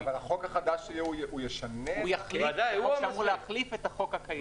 חוק שאמור להחליף את החוק הקיים.